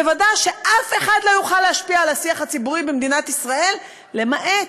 מוודאת שאף אחד לא יוכל להשפיע על השיח הציבורי במדינת ישראל למעט